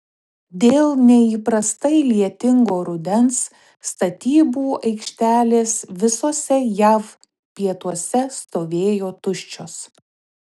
dėl neįprastai lietingo rudens statybų aikštelės visuose jav pietuose stovėjo tuščios